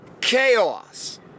chaos